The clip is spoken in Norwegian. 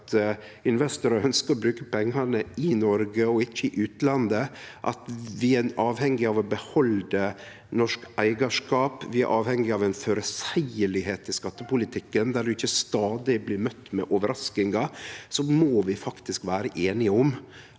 at investorar ønskjer å bruke pengane i Noreg og ikkje i utlandet – at vi er avhengige av å behalde norsk eigarskap, og at vi er avhengige av ein føreseieleg skattepolitikk der ein ikkje stadig blir møtt av overraskingar. Då må vi faktisk vere einige om